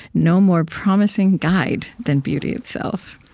no more promising guide than beauty itself.